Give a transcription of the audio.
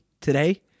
today